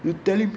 you telling